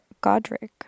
Godric